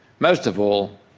most of all,